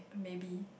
maybe